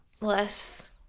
less